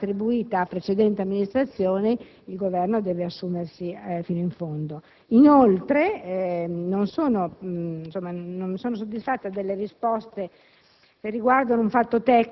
quanto vada attribuita a precedenti amministrazioni, il Governo deve assumersi fino in fondo. Non sono, inoltre, soddisfatta delle risposte